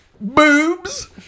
Boobs